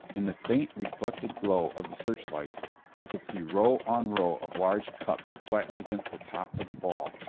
in the faint reflected glow of the searchlight i could see row on row of large cups flattened against the top of the ball.